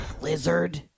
lizard